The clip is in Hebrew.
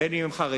בין אם הם חרדים,